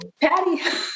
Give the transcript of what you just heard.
Patty